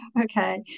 okay